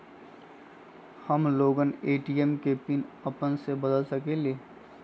हम लोगन ए.टी.एम के पिन अपने से बदल सकेला?